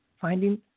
finding